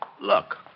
look